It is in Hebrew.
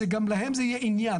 גם להם זה יהיה עניין.